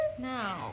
Now